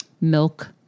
milk